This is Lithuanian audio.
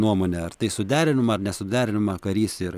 nuomonė ar tai suderinama ar nesuderinama karys ir